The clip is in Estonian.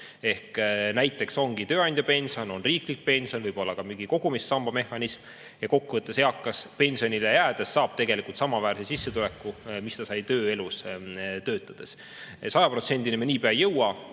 näiteks ongi tööandja pension, on riiklik pension, võib olla ka mingi kogumissamba mehhanism ja kokkuvõttes saab eakas pensionile jäädes tegelikult samaväärse sissetuleku, mis ta sai tööelus, töötades. 100%‑ni me niipea ei jõua,